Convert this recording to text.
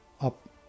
up